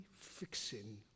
fixing